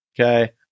Okay